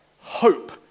hope